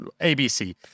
ABC